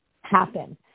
happen